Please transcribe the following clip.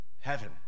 Heaven